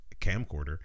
camcorder